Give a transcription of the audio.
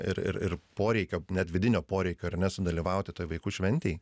ir ir ir poreikio net vidinio poreikio ar ne sudalyvauti toj vaikų šventėj